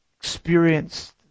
experienced